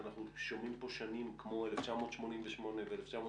אנחנו שומעים פה שנים כמו 1988 ו-1998,